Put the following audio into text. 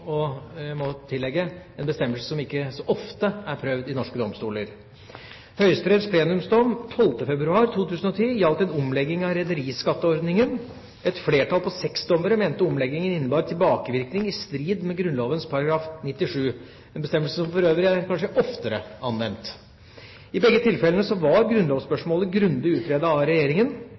og jeg må tillegge – en bestemmelse som ikke så ofte er prøvd i norske domstoler. Høyesteretts plenumsdom 12. februar 2010 gjaldt en omlegging av rederiskatteordningen. Et flertall på seks dommere mente omleggingen innebar tilbakevirkning i strid med Grunnloven § 97 – en bestemmelse som for øvrig kanskje er oftere anvendt. I begge tilfellene var grunnlovsspørsmålet grundig utredet av